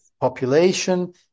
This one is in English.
population